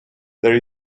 there